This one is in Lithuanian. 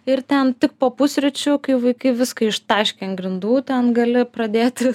ir ten tik po pusryčių kai vaikai viską ištaškė ant grindų ten gali pradėti